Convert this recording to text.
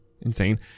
Insane